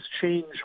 change